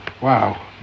Wow